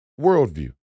worldview